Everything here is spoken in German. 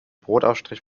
brotaufstrich